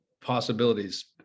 possibilities